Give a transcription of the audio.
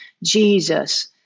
Jesus